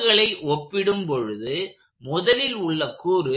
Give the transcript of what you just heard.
கூறுகளை ஒப்பிடும் பொழுது முதலில் உள்ள கூறு